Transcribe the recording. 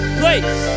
place